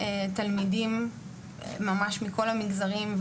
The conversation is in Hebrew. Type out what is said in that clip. תלמידים ממש מכל המגזרים,